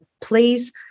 please